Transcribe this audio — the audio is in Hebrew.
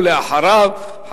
ואחריו,